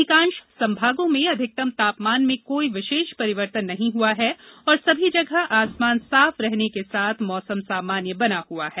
अधिकांश संभागों में अधिकतम तापमान में कोई विशेष परिवर्तन नहीं हुआ है और सभी जगह आसमान साफ रहने के साथ मौसम सामान्य बना हुआ है